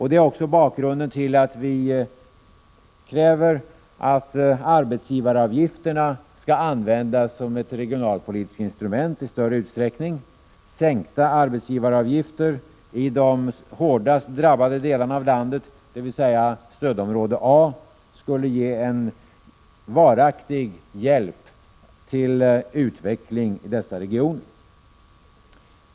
Det är också bakgrunden till att vi kräver att arbetsgivaravgifterna i större utsträckning skall användas som ett regionalpolitiskt instrument. Sänkta arbetsgivaravgifter i de hårdast drabbade delarna av landet, dvs. stödområde A, skulle ge en varaktig hjälp till utveckling i dessa regioner.